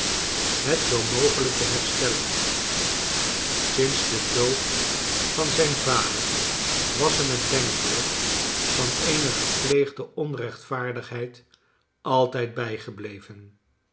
net zoo mogeiijk te herstellen sinds den dood van zijn vader was hem het denkbceid van eene gepleegde onrechtvaardigheid altijd bijgebleven